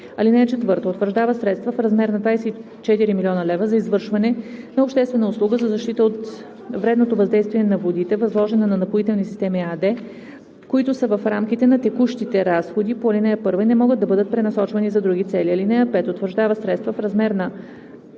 таблица. (4) Утвърждава средства в размер на 24 000 хил. лв. за извършване на обществена услуга за защита от вредното въздействие на водите, възложена на „Напоителни системи“ – ЕАД, които са в рамките на текущите разходи по ал. 1 и не могат да бъдат пренасочвани за други цели. (5) Утвърждава средства в размер на